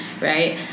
right